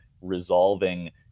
resolving